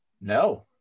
No